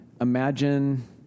imagine